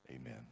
amen